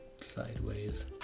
sideways